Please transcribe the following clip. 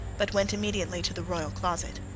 but went immediately to the royal closet.